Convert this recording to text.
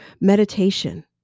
meditation